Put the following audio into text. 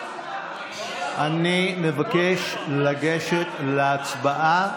אני מבקש לגשת להצבעה.